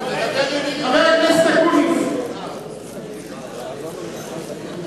(חבר הכנסת אופיר אקוניס יוצא מאולם המליאה.)